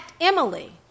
Emily